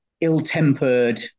ill-tempered